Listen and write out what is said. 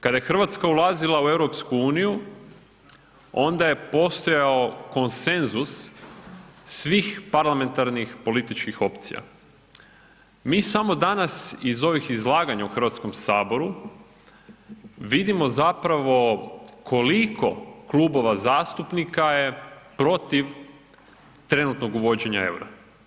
Kada je Hrvatska ulazila u EU onda je postojao konsenzus svih parlamentarnih političkih opcija, mi samo danas iz ovih izlaganja u Hrvatskom saboru vidimo zapravo koliko klubova zastupnika je protiv trenutnog uvođenja eura.